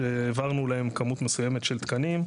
שהעברנו להם כמות מסוימת של תקנים,